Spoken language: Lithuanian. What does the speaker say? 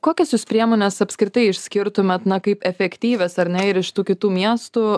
kokias jūs priemones apskritai išskirtumėt kaip efektyvias ar ne ir iš tų kitų miestų